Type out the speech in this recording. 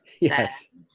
yes